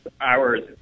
hours